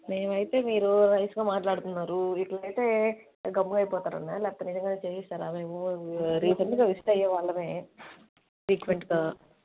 మేమయితే మీరు నైస్గా మాట్లాడుతున్నారు ఇట్లయితే గమ్మునైపోతారనా లేకపోతే నిజంగానే చెయ్యిస్తారా మేము రీసెంట్గా విజిట్ అయ్యే వాళ్ళమే ఫ్రీక్వెంట్గా